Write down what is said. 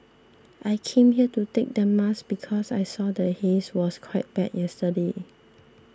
I came here to take the mask because I saw the haze was quite bad yesterday